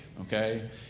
okay